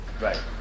Right